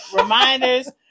reminders